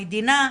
מדינה,